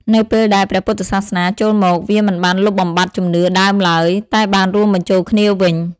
នៅពេលដែល ព្រះពុទ្ធសាសនា ចូលមក វាមិនបានលុបបំបាត់ជំនឿដើមឡើយ តែបានរួមបញ្ចូលគ្នាវិញ។